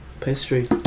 pastry